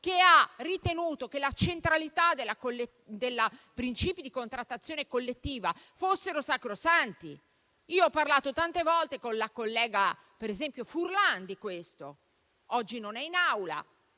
che ha ritenuto che la centralità del principio di contrattazione collettiva fosse sacrosanta. Io ho parlato tante volte, ad esempio con la collega Furlan, di questo. Oggi non è in Aula,